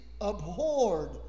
abhorred